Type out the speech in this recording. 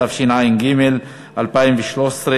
התשע"ג 2013,